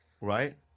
right